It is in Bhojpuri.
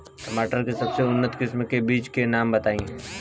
टमाटर के सबसे उन्नत किस्म के बिज के नाम बताई?